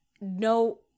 no